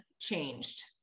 changed